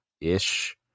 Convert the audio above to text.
ish